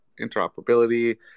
interoperability